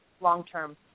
long-term